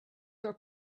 were